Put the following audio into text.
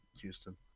Houston